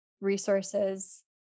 resources